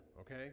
okay